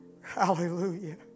Hallelujah